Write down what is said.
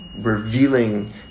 revealing